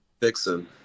Vixen